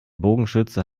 bogenschütze